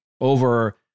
over